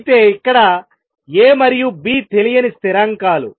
అయితే ఇక్కడ A మరియు B తెలియని స్థిరాంకాలు